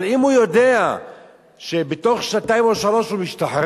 אבל אם הוא יודע שבתוך שנתיים או שלוש שנים הוא משתחרר,